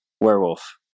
werewolf